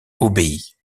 obéit